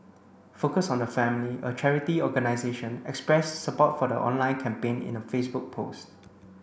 focus on the family a charity organisation expressed support for the online campaign in a Facebook post